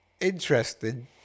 interesting